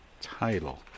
title